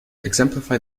exemplify